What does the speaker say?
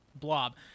blob